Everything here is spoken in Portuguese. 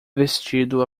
vestido